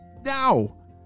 now